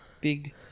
Big